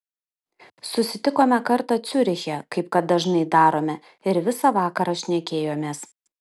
susitikome kartą ciuriche kaip kad dažnai darome ir visą vakarą šnekėjomės